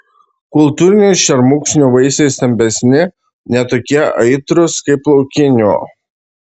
kultūrinių šermukšnių vaisiai stambesni ne tokie aitrūs kaip laukinių